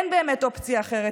אין באמת אופציה אחרת.